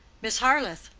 miss harleth,